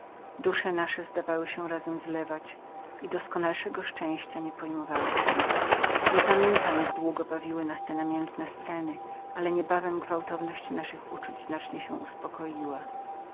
dusze nasze zdawały się razem zlewać i doskonalszego szczęścia nie pojmowałyśmy nie pamiętam jak długo bawiły nas te dziecinne igraszki ale niebawem gwałtowność naszych uczuć znacznie się uspokoiła